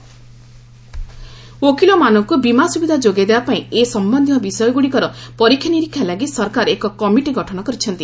advocate summit ଓକିଲମାନଙ୍କୁ ବୀମା ସୁବିଧା ଯୋଗାଇଦେବା ପାଇଁ ଏ ସମ୍ୟନ୍ଧୀୟ ବିଷୟଗୁଡ଼ିକର ପରୀକ୍ଷା ନିରୀକ୍ଷା ଲାଗି ସରକାର ଏକ କମିଟି ଗଠନ କରିଛନ୍ତି